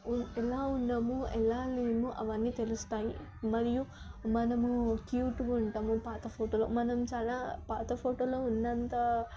ఎలా ఉన్నాము ఎలా లేము అవన్నీ తెలుస్తాయి మరియు మనము క్యూట్గా ఉంటాము పాత ఫోటోలో మనం చాలా పాత ఫోటోలో ఉన్నంత